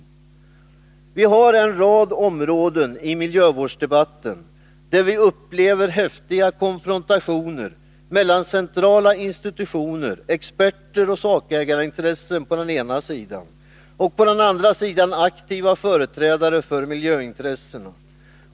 2 På en rad områden i miljövårdsdebatten upplever vi häftiga konfrontationer mellan centrala institutioner, experter och sakägarintressen å ena sidan och å andra sidan aktiva företrädare för miljöintressena.